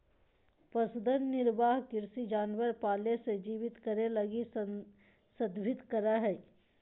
पशुधन निर्वाह कृषि जानवर पाले से जीवित करे लगी संदर्भित करा हइ